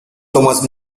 thomas